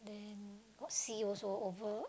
then got sea also over